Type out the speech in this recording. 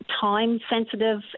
time-sensitive